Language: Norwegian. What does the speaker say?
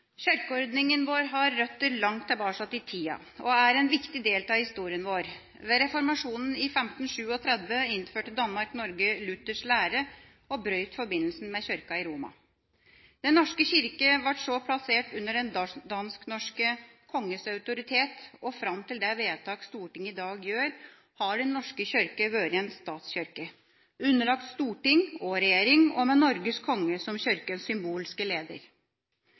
en viktig del av historien vår. Ved reformasjonen i 1537 innførte Danmark-Norge Luthers lære og brøt forbindelsen med Kirken i Roma. Den norske kirke ble så plassert under den dansk-norske konges autoritet, og fram til det vedtaket Stortinget i dag gjør, har Den norske kirke vært en statskirke, underlagt storting og regjering og med Norges konge som Kirkas symbolske leder.